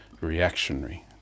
reactionary